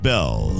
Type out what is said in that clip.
Bell